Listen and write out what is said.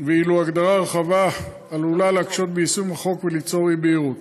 ואילו הגדרה רחבה ומעורפלת עלולה להקשות ביישום החוק וליצור אי-בהירות.